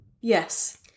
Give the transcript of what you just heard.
Yes